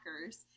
hackers